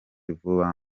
vuba